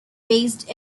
based